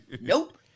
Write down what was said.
nope